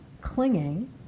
clinging